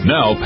Now